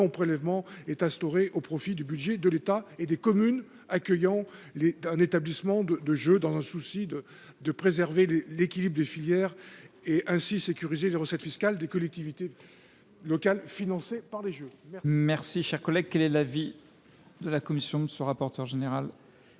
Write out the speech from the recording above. second prélèvement serait instauré au profit du budget de l’État et des communes accueillant un établissement de jeux, afin de préserver l’équilibre des filières et de sécuriser ainsi les recettes fiscales des collectivités locales financées par les jeux. Quel